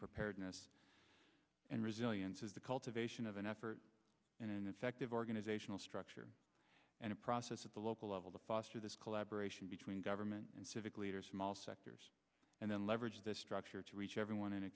preparedness and resilience is the cultivation of an effort and an effective organizational structure and a process at the local level to foster this collaboration between government and civic leaders from all sectors and then leverage the structure to reach everyone in a